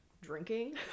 drinking